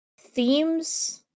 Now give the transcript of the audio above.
themes